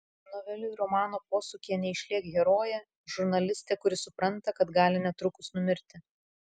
novelių romano posūkyje neišlėk herojė žurnalistė kuri supranta kad gali netrukus numirti